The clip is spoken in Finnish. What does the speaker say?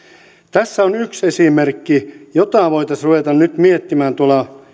tässä on yksi esimerkki jota voitaisiin ruveta nyt miettimään tuolla